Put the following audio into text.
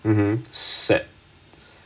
mmhmm set